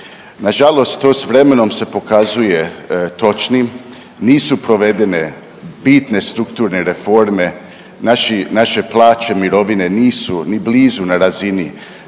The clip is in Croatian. Na žalost to s vremenom se pokazuje točnim, nisu provedene bitne strukturne reforme, naši, naše plaće, mirovine nisu ni blizu na razini